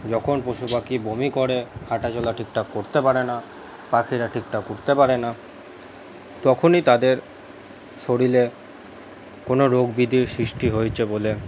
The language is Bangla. যখন পশুপাখি বমি করে হাঁটাচলা ঠিকঠাক করতে পারে না পাখিরা ঠিকঠাক উড়তে পারে না তখনই তাদের শরীরে কোনো রোগ বিধির সৃষ্টি হয়েছে বলে